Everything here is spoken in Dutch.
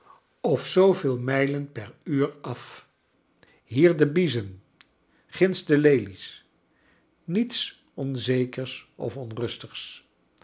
of zooveel mijlen per uur af hier de biezen ginds de lelies niets onzekers of onrustigs